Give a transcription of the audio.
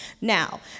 Now